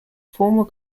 former